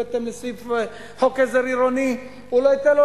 ובהתאם לחוק עזר עירוני הוא לא ייתן לו